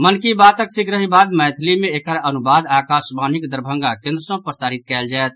मन की बातक शीघ्रहि बाद मैथिली मे एकर अनुवाद आकाशवाणीक दरभंगा केन्द्र सँ प्रसारित कयल जायत